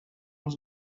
els